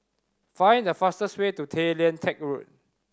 find the fastest way to Tay Lian Teck Road